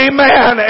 Amen